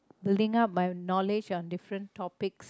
building up my knowledge on different topic